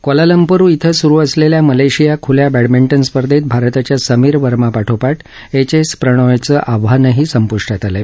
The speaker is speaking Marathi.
क्वालालंपूर इथं सुरू असलेल्या मलेशिया खुल्या बॅडमिंटन स्पर्धेत भारताच्या समीर वर्मापाठोपाठ एच एस प्रणोयचं आव्हानही संपूष्टात आलं आहे